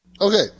Okay